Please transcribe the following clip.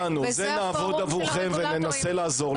נעבוד עבורכם וננסה לעזור לכם.